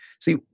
See